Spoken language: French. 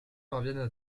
parviennent